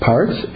Parts